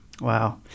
Wow